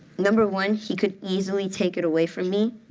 number one, he could easily take it away from me.